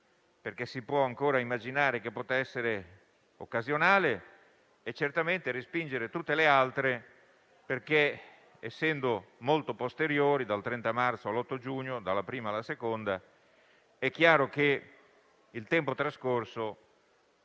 perché si può ancora immaginare che potesse essere occasionale, e certamente respingere tutte le altre, perché essendo molto posteriori, dal 30 marzo della prima all'8 giugno della seconda, è chiaro che il tempo trascorso